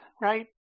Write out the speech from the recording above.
right